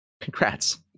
Congrats